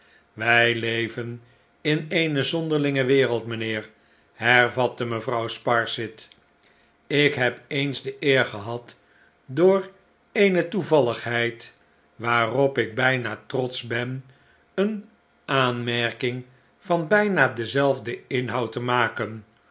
wij leven in eene zonderlinge wereld mijnheer hervatte mevrouw sparsit ik heb eens de eer gehad door eene toevalligheid waarop ik bijna trotsch ben eene aanmerking van bijna denzelfden inhoud te maken